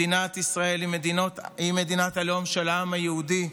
מדינת ישראל היא מדינת הלאום של העם היהודי,